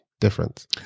difference